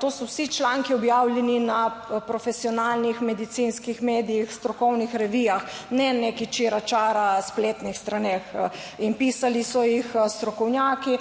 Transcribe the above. to so vsi članki, objavljeni na profesionalnih medicinskih medijih, strokovnih revijah, ne neka čiračara, spletnih straneh in pisali so jih strokovnjaki